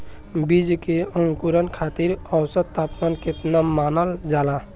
बीज के अंकुरण खातिर औसत तापमान केतना मानल जाला?